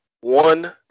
one